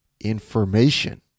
information